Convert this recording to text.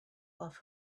off